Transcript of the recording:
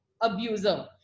abuser